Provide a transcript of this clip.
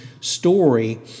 story